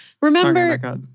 Remember